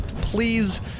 Please